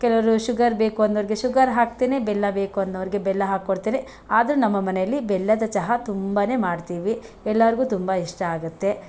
ಕೆಲವರು ಶುಗರ್ ಬೇಕು ಅಂದೋರಿಗೆ ಶುಗರ್ ಹಾಕ್ತೀನಿ ಬೆಲ್ಲ ಬೇಕು ಅನ್ನೋರಿಗೆ ಬೆಲ್ಲ ಹಾಕ್ಕೊಡ್ತೀನಿ ಆದರೂ ನಮ್ಮ ಮನೆಯಲ್ಲಿ ಬೆಲ್ಲದ ಚಹಾ ತುಂಬ ಮಾಡ್ತೀವಿ ಎಲ್ಲಾರಿಗು ತುಂಬ ಇಷ್ಟ ಆಗುತ್ತೆ